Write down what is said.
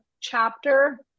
chapter